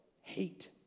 hate